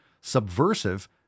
subversive